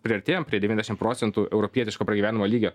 priartėjom prie devyniasdešim procentų europietiško pragyvenimo lygio